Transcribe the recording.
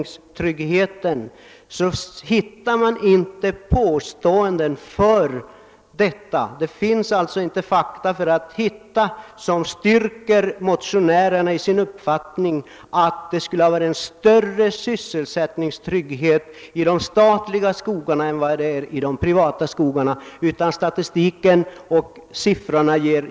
Det är därför märkligt att man, när man talar om sysselsättningstryggheten, inte finner några fakta som styrker motionärernas uppfattning att det skulle ha varit en större sysselsättningstrygghet i de statliga skogarna än i de privata skogarna.